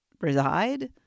reside